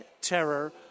terror